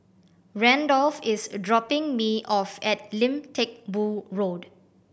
Randolf is dropping me off at Lim Teck Boo Road